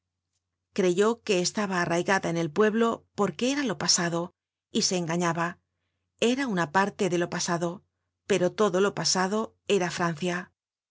creyó que estaba arraigada en el pueblo porque era lo pasado y se engañaba era una parle de lo pasado pero todo lo pasado era francia